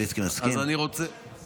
אמרתי כבר שאני מסכים.